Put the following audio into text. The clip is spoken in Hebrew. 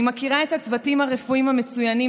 אני מכירה את הצוותים הרפואיים המצוינים